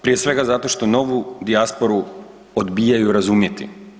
Prije svega zato što novu dijasporu odbijaju razumjeti.